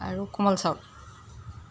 আৰু কোমল চাউল